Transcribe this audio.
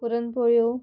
पुरणपोळ्यो